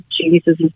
Jesus